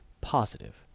positive